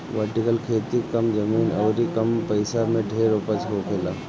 vertical खेती कम जमीन अउरी कम पइसा में ढेर उपज होखेला